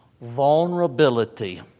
vulnerability